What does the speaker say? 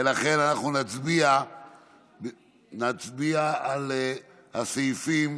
ולכן נצביע על סעיפים